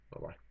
Bye-bye